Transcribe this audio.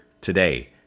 today